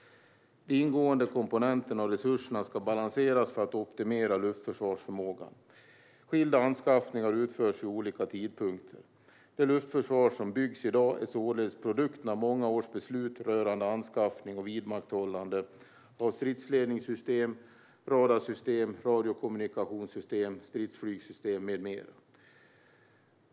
De ingående komponenterna och resurserna ska balanseras för att optimera luftförsvarsförmågan. Skilda anskaffningar utförs vid olika tidpunkter. Det luftförsvar som byggs i dag är således produkten av många års beslut rörande anskaffning och vidmakthållande av stridsledningssystem, radarsystem, radiokommunikationssystem, stridsflygssystem med mera.